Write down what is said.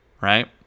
right